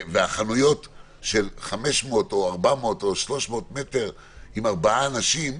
והחנויות של 500 או 400 או 300 מ"ר עם ארבעה אנשים,